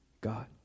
God